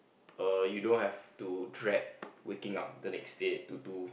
err you don't have to dread waking up the next day to do